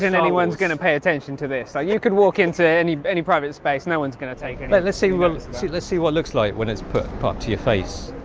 and anyone's gonna pay attention to this so you could walk into any any private space. no one's gonna take it. but let's see we'll see. let's see what looks like when it's put apart to your face.